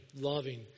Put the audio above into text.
loving